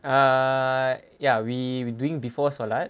err ya we doing before solat